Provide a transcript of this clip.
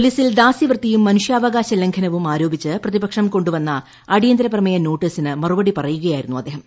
പോലീസിൽ ദാസ്യവൃത്തിയും മനുഷ്യാവകാശ ലംഘനവും ആരോപിച്ച് പ്രതിപക്ഷം കൊണ്ടുവന്ന അടിയന്തര പ്രമേയ നോട്ടീസിന് മറുപടി പറയുകയായിരുന്നു അദ്ദേഹം